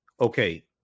Okay